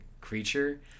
creature